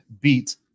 beat